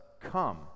come